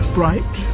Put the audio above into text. bright